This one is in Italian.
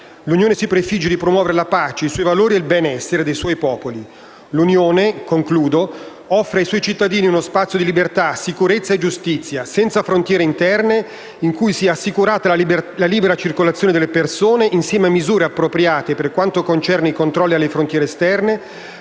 «L'Unione si prefigge di promuovere la pace, i suoi valori e il benessere dei suoi popoli. L'Unione offre ai suoi cittadini uno spazio di libertà, sicurezza e giustizia senza frontiere interne, in cui sia assicurata la libera circolazione delle persone insieme a misure appropriate per quanto concerne i controlli alle frontiere esterne,